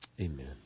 amen